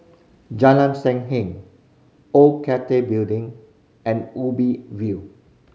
Jalan Sam Heng Old Cathay Building and Ubi View